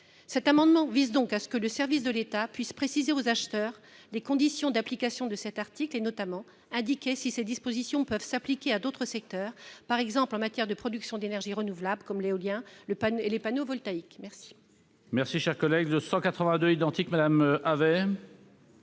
Cet amendement vise donc à ce que les services de l'État puissent préciser aux acheteurs les conditions d'application de cet article, et notamment indiquer si ces dispositions peuvent s'appliquer à d'autres secteurs, par exemple en matière de production d'énergie renouvelable comme les éoliennes et les panneaux photovoltaïques. La